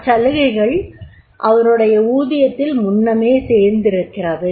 அச்சலுகைகள் அவருடைய ஊதியத்தில் முன்னமே சேர்ந்திருக்கிறது